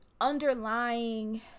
underlying